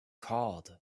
called